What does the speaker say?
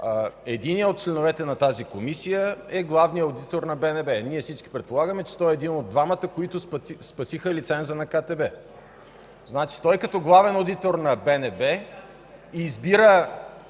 Единият от членовете на тази Комисия е главният одитор на БНБ. Ние всички предполагаме, че той е един от двамата, които спасиха лиценза на КТБ. Значи той като главен одитор на БНБ избира